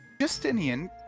Justinian